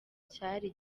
cyari